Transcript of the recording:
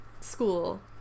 school